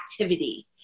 activity